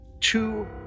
two